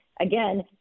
again